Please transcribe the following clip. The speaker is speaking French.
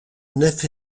nef